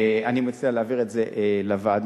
אני מציע להעביר את זה לוועדה,